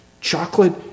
chocolate